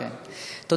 אני אשתדל.